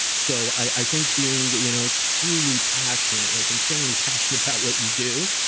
so i think being you know truly passionate, like insanely passionate about what you do,